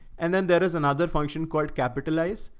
and then there is another function called capitalize,